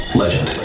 legend